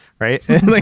right